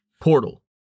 Portal